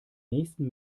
nächsten